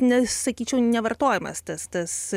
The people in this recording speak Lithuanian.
nesakyčiau nevartojamas tas tas